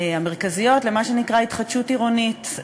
המרכזיות למה שנקרא התחדשות עירונית,